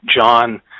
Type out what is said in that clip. John